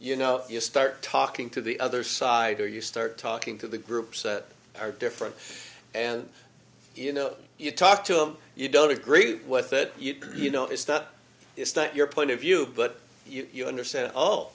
you know you start talking to the other side or you start talking to the groups that are different and you know you talk to them you don't agree with it you know it's not it's not your point of view but you understand